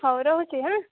ହଉ ରହୁଛି ଆଁ